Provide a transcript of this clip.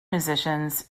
musicians